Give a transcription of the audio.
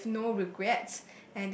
filled with no regrets